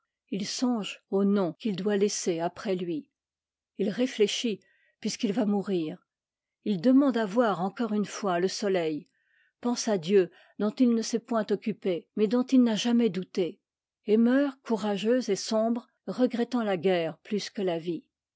t songe au nom qu'il doit laisser après lui il réfléchit puisqu'il va mourir h demande à voir encore une fois le soleil pense à dieu dont il ne s'est point occupé mais dont il n'a jamais douté et meurt courageux et sombre regrettant la guerre plus que la vie